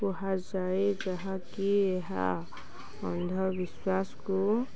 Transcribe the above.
କୁହାଯାଏ ଯାହାକି ଏହା ଅନ୍ଧବିଶ୍ୱାସକୁ